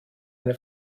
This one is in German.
eine